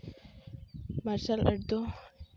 ᱢᱟᱨᱥᱟᱞ ᱟᱨᱴ ᱫᱚ